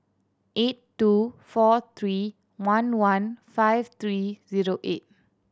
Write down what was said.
eight two four three one one five three zero eight